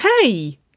Hey